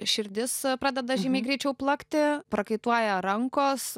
širdis a pradeda žymiai greičiau plakti prakaituoja rankos